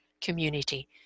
community